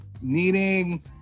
needing